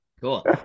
cool